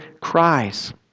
cries